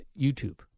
YouTube